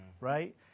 right